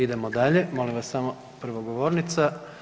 Idemo dalje, molim vas samo prvo govornica.